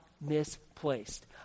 misplaced